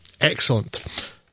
Excellent